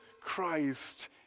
Christ